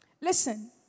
Listen